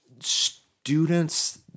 students